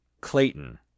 Clayton